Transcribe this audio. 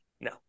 No